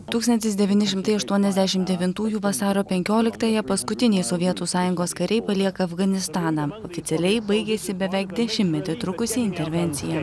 tūkstantis devyni šimtai aštuoniasdešimt devintųjų vasario penkioliktąją paskutiniai sovietų sąjungos kariai palieka afganistaną oficialiai baigėsi beveik dešimtmetį trukusi intervencija